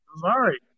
sorry